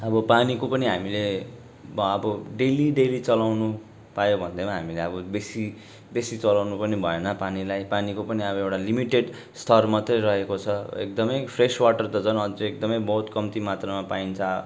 अब पानीको पनि हामीले बा अब डेली डेली चलाउनु पायो भन्दैमा हामीले अब बेसी बेसी चलाउनु पनि भएन पानीलाई पानीको पनि अब एउटा लिमिटेड स्तर मात्रै रहेको छ एकदमै फ्रेस वाटर त झन् अझै एकदमै बहुत कम्ती मात्रामा पाइन्छ